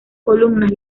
columnas